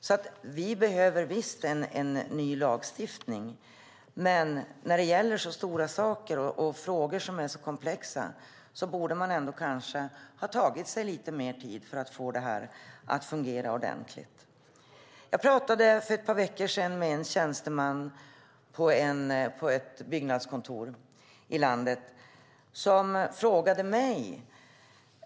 Visst behöver vi en ny lagstiftning, men när det gäller så pass komplexa frågor borde man kanske ha tagit lite mer tid på sig för att få det att fungera ordentligt. Jag talade för ett par veckor sedan med en tjänsteman på ett byggnadskontor.